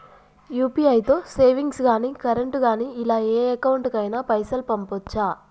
UPI తో savings గాని current గాని ఇలా ఏ అకౌంట్ కైనా పైసల్ పంపొచ్చా?